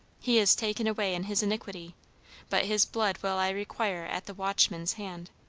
he is taken away in his iniquity but his blood will i require at the watchman's hand